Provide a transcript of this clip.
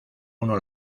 uno